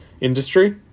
industry